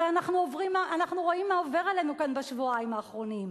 הרי אנחנו רואים מה עובר עלינו כאן בשבועיים האחרונים.